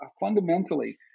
Fundamentally